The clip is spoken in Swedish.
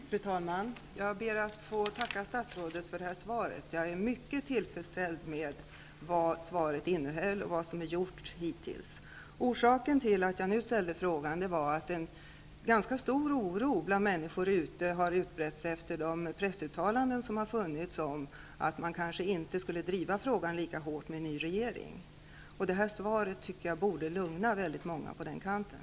Fru talman! Jag ber att få tacka statsrådet för svaret. Jag är mycket tillfredsställd med innehållet i svaret och med vad som hittills har gjorts. Orsaken till att jag ställde frågan var att en ganska stor oro har brett ut sig bland människor efter de pressuttalanden som kommit om att den nya regeringen kanske inte skulle driva frågan lika hårt. Detta svar borde lugna väldigt många på den kanten.